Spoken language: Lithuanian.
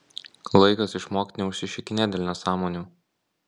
laikas išmokt neužsišikinėt dėl nesąmonių